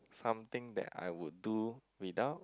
something that I would do without